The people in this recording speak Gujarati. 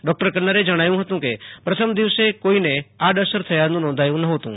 ડૌક્ટર કન્નરેજણાવ્યું હતું કે પ્રથમ દિવસે કોઇને આડઅસર થયાનું નોંધાયું નહોતું